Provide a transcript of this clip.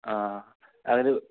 ആ അതിൽ